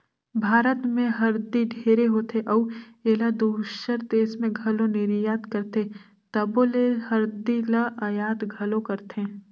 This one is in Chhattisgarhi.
भारत में हरदी ढेरे होथे अउ एला दूसर देस में घलो निरयात करथे तबो ले हरदी ल अयात घलो करथें